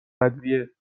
ادویه